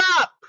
up